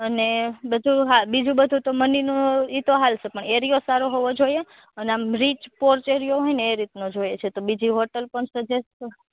અને બધુ હા બીજું બધુ તો મનીનું એ તો ચાલશે પણ એરિયો સારો હોવો જોઈએ અને આમ રીચ પોર્ચ એરિયો હોય ને એ રીતનો જોઈએ છે તો બીજી હોટલ પણ સજેસ્ટ કર